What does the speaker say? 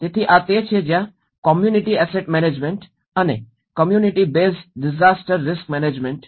તેથી આ તે છે જ્યાં કમ્યુનિટિ એસેટ મેનેજમેન્ટ અને community base disaster risk management